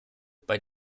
bei